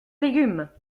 légumes